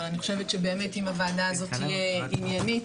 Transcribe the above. אבל אני חושבת שאם הוועדה הזאת תהיה באמת עניינית,